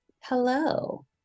hello